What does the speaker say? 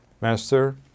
Master